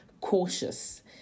cautious